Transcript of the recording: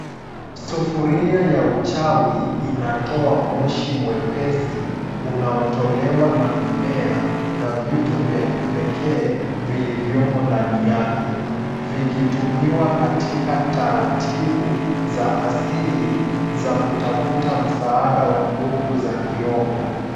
Sufuria ya uchawi inatoa moshi mwepesi unaotolewa na mimea na vitu vya kipekee vilivyomo ndani yake, vikitumiwa katika taratibu za asili za kutafuta msaada wa nguvu za kiroho.